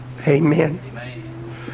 Amen